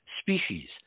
species